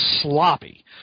sloppy